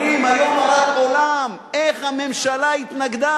אומרים: היום הרת עולם, איך הממשלה התנגדה.